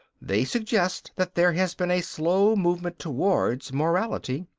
they suggest that there has been a slow movement towards morality,